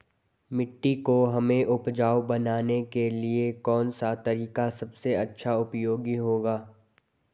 मिट्टी को हमें उपजाऊ बनाने के लिए कौन सा तरीका सबसे अच्छा उपयोगी होगा?